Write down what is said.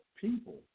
people